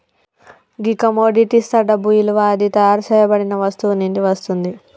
గీ కమొడిటిస్తా డబ్బు ఇలువ అది తయారు సేయబడిన వస్తువు నుండి వస్తుంది